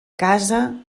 casa